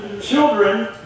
children